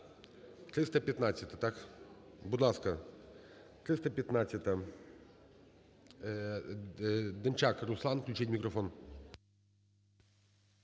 Так, будь ласка, 315-а. Демчак Руслан, включіть мікрофон.